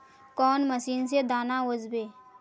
कौन मशीन से दाना ओसबे?